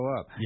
up